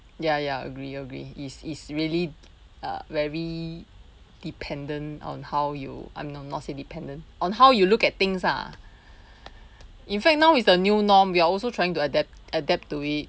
ya ya agree agree it's it's really uh very dependent on how you I mean not not say dependent on how you look at things ah in fact now is the new norm we are also trying to adapt adapt to it